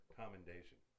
commendation